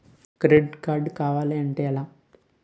Credit card కావాలి అంటే ఎలా?